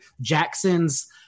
Jackson's